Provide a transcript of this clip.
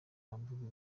bamburwa